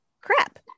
crap